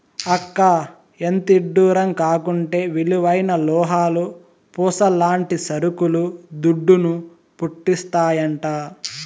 అక్కా, ఎంతిడ్డూరం కాకుంటే విలువైన లోహాలు, పూసల్లాంటి సరుకులు దుడ్డును, పుట్టిస్తాయంట